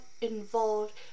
involved